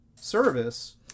service